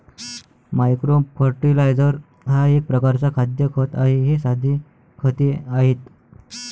micro fertiliser हा एक प्रकारचा खाद्य खत आहे हे साधे खते आहेत